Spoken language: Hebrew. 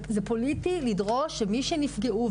זה פוליטי לדרוש שמי שנפגעו,